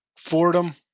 Fordham